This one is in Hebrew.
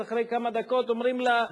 אז אחרי כמה דקות אומרים לה: